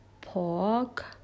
pork